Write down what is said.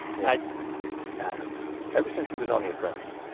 yeah i yeah don't know, ever since he was on the apprentice.